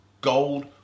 gold